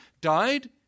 died